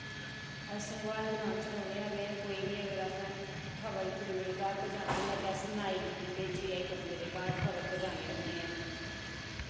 अस संगवाल ग्रांऽ च रौह्ने आह्ले आं ते कोई बी अगर असें खबर इक्क दूऐ दे घर पजानी होऐ अस नाई गी भेजियै खबर इक्क दूऐ दे घर पजान्ने आं